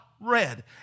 red